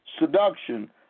seduction